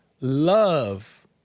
love